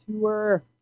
Tour